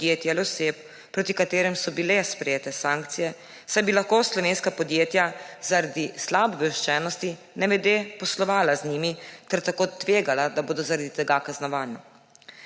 podjetij in oseb, proti katerim so bile sprejete sankcije, saj bi lahko slovenska podjetja zaradi slabe obveščenosti nevede poslovala z njimi, ter tako tvegala, da bodo zaradi tega kaznovani.